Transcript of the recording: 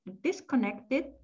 disconnected